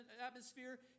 atmosphere